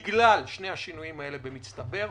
בגלל שני השינויים האלה במצטבר,